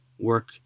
work